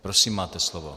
Prosím, máte slovo.